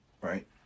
right